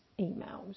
emails